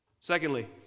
Secondly